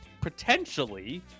potentially